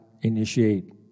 initiate